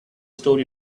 story